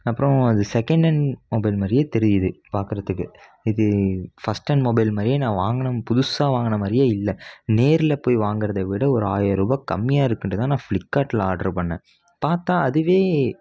அப்புறம் அது second hand mobile மாதிரியே தெரியுது பார்க்கறதுக்கு இது ஃபர்ஸ்ட் ஹேண்ட் மொபைல் மாதிரியே நான் வாங்கின புதுசாக வாங்கின மாதிரியே இல்லை நேரில் போய் வாங்கிறத விட ஒரு ஆயிரம் ரூபாய் கம்மியாக இருக்குதுன்ட்டுதான் நான் ஃப்ளிப்கார்டில் ஆர்டர் பண்ணிணேன் பார்த்தா அதுவே